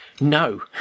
No